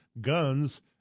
guns